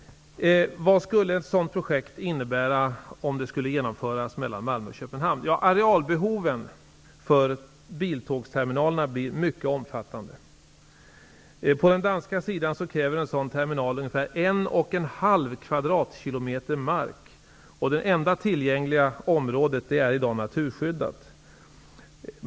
Vad skulle ett sådant här projekt innebära om det skulle genomföras på sträckan Malmö-- Köpenhamn? Arealbehoven för biltågsterminalerna blir mycket omfattande. På den danska sidan kräver en sådan terminal ungefär 1,5 kvadratkilometer mark, och det enda tillgängliga området är i dag naturskyddat.